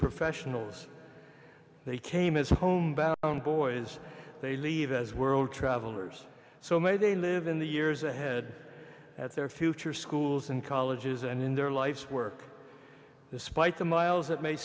professionals they came as home boys they leave as world travelers so may they live in the years ahead at their future schools and colleges and in their life's work despite the miles that may